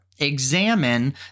examine